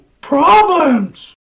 problems